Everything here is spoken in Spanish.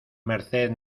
merced